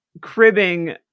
cribbing